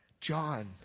John